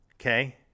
Okay